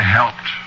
helped